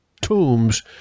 tombs